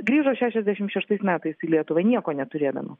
grįžo šešiasdešim šeštais metais į lietuvą nieko neturėdamas